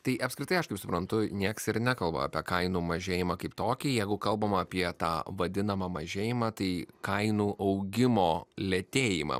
tai apskritai aš kaip suprantu nieks ir nekalba apie kainų mažėjimą kaip tokį jeigu kalbama apie tą vadinamą mažėjimą tai kainų augimo lėtėjimą